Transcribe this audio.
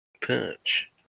Punch